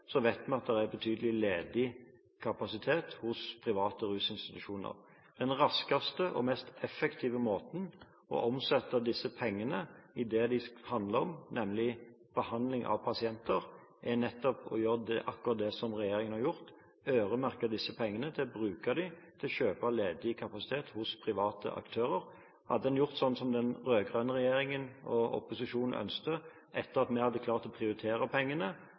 at det er betydelig ledig kapasitet hos private rusinstitusjoner. Den raskeste og mest effektive måten å omsette disse pengene på til det de handler om, nemlig behandling av pasienter, er å gjøre akkurat det som regjeringen har gjort: øremerke disse pengene for å bruke dem til å kjøpe ledig kapasitet hos private aktører. Hadde en gjort sånn som den rød-grønne regjeringen og opposisjonen ønsket – etter at vi hadde klart å prioritere pengene